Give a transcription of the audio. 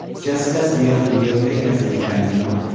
just as near the real thing as we can, you know,